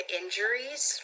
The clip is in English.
injuries